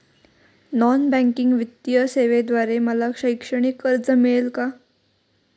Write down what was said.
Non banking वित्तीय सेवेद्वारे मला शैक्षणिक कर्ज मिळेल का?